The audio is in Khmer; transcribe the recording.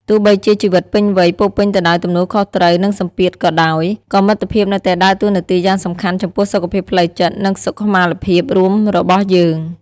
ទោះបីជាជីវិតពេញវ័យពោរពេញទៅដោយទំនួលខុសត្រូវ និងសម្ពាធក៏ដោយ ក៏មិត្តភាពនៅតែដើរតួនាទីយ៉ាងសំខាន់ចំពោះសុខភាពផ្លូវចិត្ត និងសុខុមាលភាពរួមរបស់យើង។